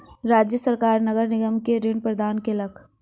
राज्य सरकार नगर निगम के ऋण प्रदान केलक